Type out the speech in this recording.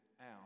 out